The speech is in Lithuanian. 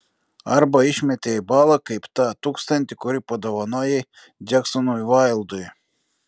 arba išmetei į balą kaip tą tūkstantį kurį padovanojai džeksonui vaildui